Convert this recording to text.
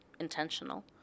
Intentional